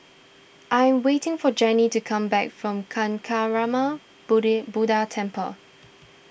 I am waiting for Jenny to come back from Kancanarama budy Buddha Temple